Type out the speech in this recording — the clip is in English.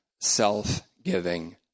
self-giving